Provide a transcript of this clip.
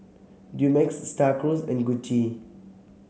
Dumex Star Cruise and Gucci